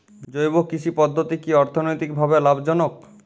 জৈব কৃষি পদ্ধতি কি অর্থনৈতিকভাবে লাভজনক?